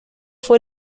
fue